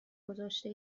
گذاشته